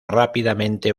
rápidamente